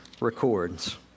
records